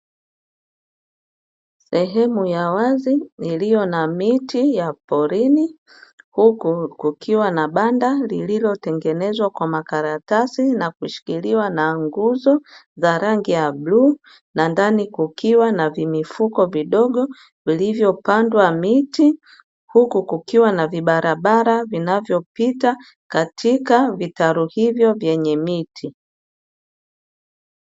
Sehemu ya wazi iliyo na miti ya porini huku kukiwa na banda lililotengenezwa kwa makaratasi, na kushikiliwa na nguzo za rangi ya bluu na ndani kukiwa na vimifuko vidogo vilivyopandwa miti huku kukiwa na vibarabara vinavyopita katika vitalu hivyo vyenye miti.